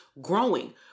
growing